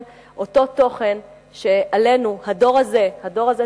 אותו תוכן שעלינו, הדור הזה, הדור הזה של הציונות,